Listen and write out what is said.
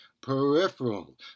Peripheral